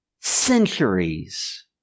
centuries